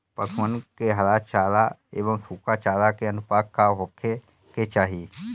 पशुअन के हरा चरा एंव सुखा चारा के अनुपात का होखे के चाही?